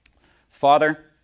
Father